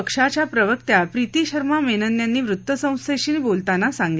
पक्षाच्या प्रवक्त्या प्रीती शर्मा मेनन यांनी वृत्तसंस्थेशी बोलताना ही माहिती